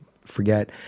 forget